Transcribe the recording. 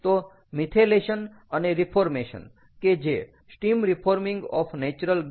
તો મિથેલેશન અને રીફોર્મેશન કે જે steam reforming of natural gas છે